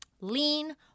Lean